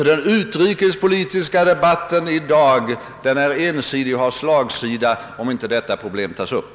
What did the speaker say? Den utrikespolitiska debatten i dag är ensidig och har slagsida om inte detta problem tages upp.